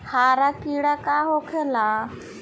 हरा कीड़ा का होखे ला?